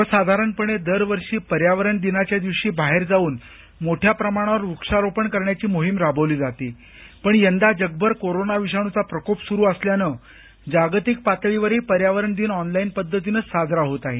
सर्वसाधारणपणे दरवर्षी पर्यावरण दिनाच्या दिवशी बाहेर जाऊन मोठ्या प्रमाणावर व्रक्षारोपण करण्याची मोहीम राबवली जाते पण यंदा जगभर कोरोना विषाणूचा प्रकोप सुरु असल्यानं जागतिक पातळीवरही पर्यावरण दिन ऑनलाईन पद्धतीचं साजरा होत आहे